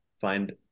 find